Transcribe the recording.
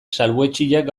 salbuetsiak